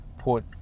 put